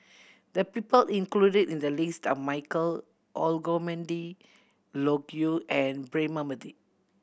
the people included in the list are Michael Olcomendy Loke Yew and Braema Mathi